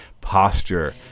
posture